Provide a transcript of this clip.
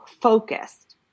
focused